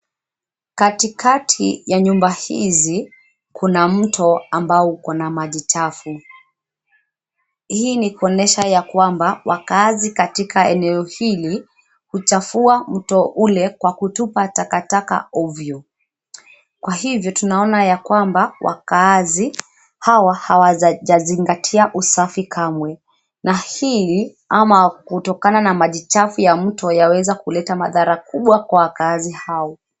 Katikati ya nyumba hizi, kuna mto ambao uko na maji chafu, hii ni kuonyesha ya kwamba wakaazi katika eneo hili, huchafua mto ule kwa kutupa takataka ovyo. Kwa hivyo tunaona ya kwamba wakaazi, hawa hawajazingatia usafi kamwe, na hili, ama kutokana na maji chafu ya mto yaweza kuleta madhara makubwa kwa wakaazi hao.